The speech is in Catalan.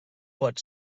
pot